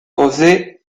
josé